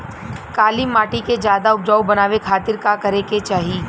काली माटी के ज्यादा उपजाऊ बनावे खातिर का करे के चाही?